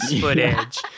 footage